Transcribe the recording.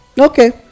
Okay